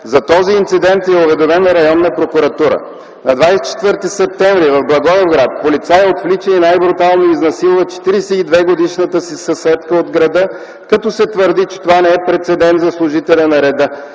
За този инцидент е уведомена Районната прокуратура. - На 24 септември в Благоевград полицай отвлича и най-брутално изнасилва 42-годишната си съседка от града, като се твърди, че това не е прецедент за служителя на реда.